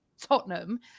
Tottenham